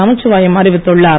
நமச்சிவாயம் அறிவித்துள்ளார்